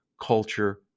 culture